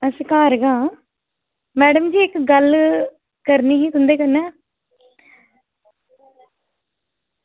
अच्छा घर गै मैडम जी इक्क गल्ल करनी ही तुंदे कन्नै